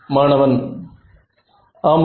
மாணவன் ஆமாம்